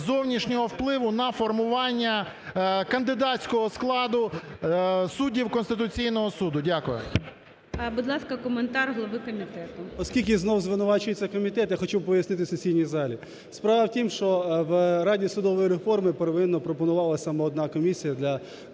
зовнішнього впливу на формування кандидатського складу суддів Конституційного Суду. Дякую. ГОЛОВУЮЧИЙ. Будь ласка, коментар голови комітету. 11:37:38 КНЯЗЕВИЧ Р.П. Оскільки знову звинувачується комітет, я хочу пояснити сесійній залі. Справа в тім, що в Раді судової реформи первинно пропонувалась саме одна комісія для